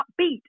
upbeat